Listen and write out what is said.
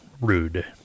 rude